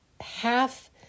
half